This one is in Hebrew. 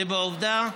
זה עובדה,